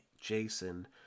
Jason